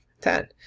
ten